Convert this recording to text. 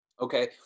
Okay